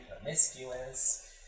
promiscuous